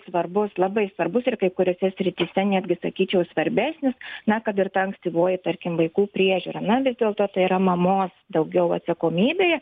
svarbus labai svarbus ir kai kuriose srityse netgi sakyčiau svarbesnis na kad ir ta ankstyvoji tarkim vaikų priežiūra na vis dėlto tai yra mamos daugiau atsakomybė